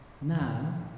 now